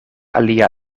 alia